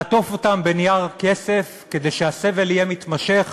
לעטוף אותם בנייר כסף כדי שהסבל יהיה מתמשך